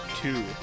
two